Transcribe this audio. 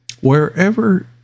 Wherever